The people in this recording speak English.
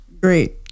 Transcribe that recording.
great